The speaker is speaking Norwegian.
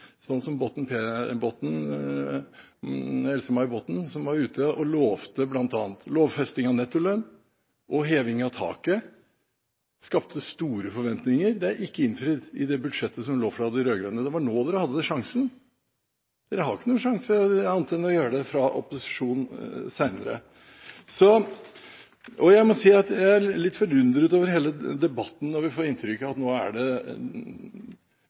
som at Else-May Botten var ute og lovte bl.a. lovfesting av nettolønn og heving av taket. Det skapte store forventninger. Det er ikke innfridd i det budsjettet som lå fra de rød-grønne. Det var da dere hadde sjansen. Dere har ikke noen sjanse, annet enn å gjøre det fra opposisjon senere. Jeg er litt forundret over hele debatten når vi får inntrykk av at nå er det